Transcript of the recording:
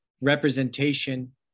representation